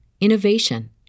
innovation